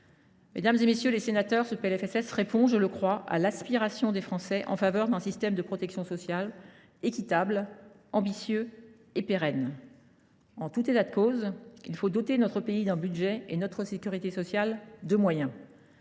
financement de la sécurité sociale répond, je le crois, à l’aspiration des Français à maintenir un système de protection sociale équitable, ambitieux et pérenne. En tout état de cause, il faut doter notre pays d’un budget et notre sécurité sociale de moyens.